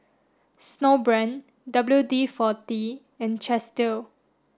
snowbrand W D forty and Chesdale